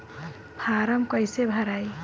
Form कईसे भराई?